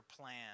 plan